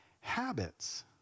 habits